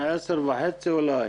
10:30 אולי?